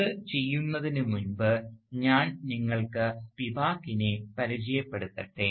അത് ചെയ്യുന്നതിന് മുമ്പ് ഞാൻ നിങ്ങൾക്ക് സ്പിവാക്കിനെ പരിചയപ്പെടുത്തട്ടെ